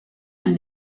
amb